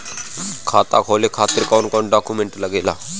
खाता खोले खातिर कौन कौन डॉक्यूमेंट लागेला?